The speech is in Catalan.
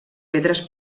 pedres